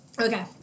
Okay